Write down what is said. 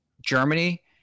Germany